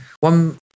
one